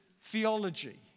theology